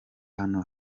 hano